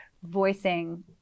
voicing